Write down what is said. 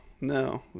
No